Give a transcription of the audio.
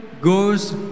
goes